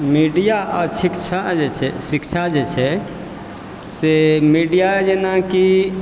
media आ शिक्षा जे छै शिक्षा जे छै से मीडिया जेनाकि